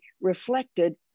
reflected